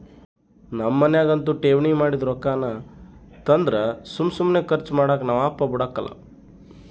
ನಮ್ ಮನ್ಯಾಗಂತೂ ಠೇವಣಿ ಮಾಡಿದ್ ರೊಕ್ಕಾನ ತಂದ್ರ ಸುಮ್ ಸುಮ್ನೆ ಕರ್ಚು ಮಾಡಾಕ ನಮ್ ಅಪ್ಪ ಬುಡಕಲ್ಲ